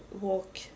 walk